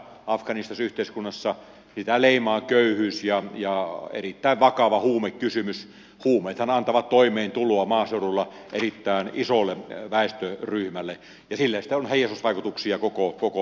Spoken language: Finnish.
afganistan yhteiskunnassa pitää leimaa köyhyys ja jaa erittäin vakava huumekysymys kuumeta antavat toimeentuloa maaseudulla erittäin isolle väestön ryhmälle esille jo vaikutuksia koko koko